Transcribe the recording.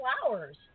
flowers